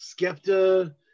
Skepta